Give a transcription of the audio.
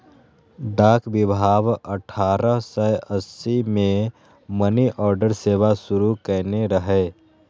डाक विभाग अठारह सय अस्सी मे मनीऑर्डर सेवा शुरू कयने रहै